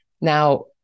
Now